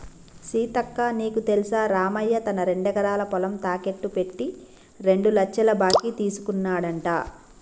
సీతక్క నీకు తెల్సా రామయ్య తన రెండెకరాల పొలం తాకెట్టు పెట్టి రెండు లచ్చల బాకీ తీసుకున్నాడంట